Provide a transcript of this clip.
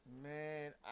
Man